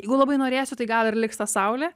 jeigu labai norėsiu tai gal ir liks ta saulė